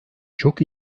çok